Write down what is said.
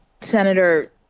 Senator